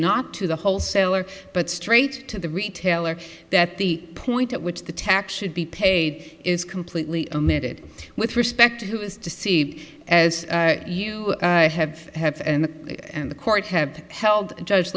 not to the wholesaler but straight to the retailer that the point at which the tax should be paid is completely omitted with respect to who is to see as you have had and the court have held judge